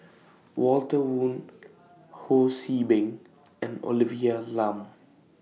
Walter Woon Ho See Beng and Olivia Lum